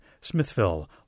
Smithville